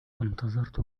انتظرت